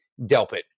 Delpit